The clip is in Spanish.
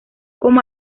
como